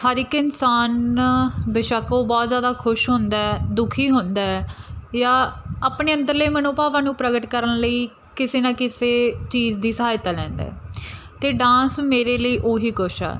ਹਰ ਇੱਕ ਇਨਸਾਨ ਬੇਸ਼ੱਕ ਉਹ ਬਹੁਤ ਜ਼ਿਆਦਾ ਖੁਸ਼ ਹੁੰਦਾ ਦੁਖੀ ਹੁੰਦਾ ਜਾਂ ਆਪਣੇ ਅੰਦਰਲੇ ਮਨੋਭਾਵਾਂ ਨੂੰ ਪ੍ਰਗਟ ਕਰਨ ਲਈ ਕਿਸੇ ਨਾ ਕਿਸੇ ਚੀਜ਼ ਦੀ ਸਹਾਇਤਾ ਲੈਂਦਾ ਅਤੇ ਡਾਂਸ ਮੇਰੇ ਲਈ ਉਹੀ ਕੁਛ ਆ